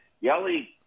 Yelly